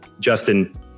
Justin